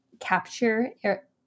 capture